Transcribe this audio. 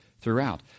throughout